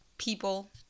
people